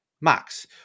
Max